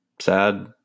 sad